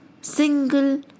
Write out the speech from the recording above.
single